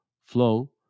flow